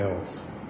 else